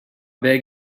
beg